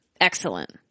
Excellent